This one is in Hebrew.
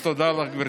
אז תודה לך, גברתי.